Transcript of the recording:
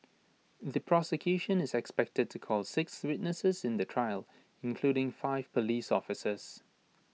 the prosecution is expected to call six witnesses in the trial including five Police officers